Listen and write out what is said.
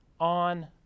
on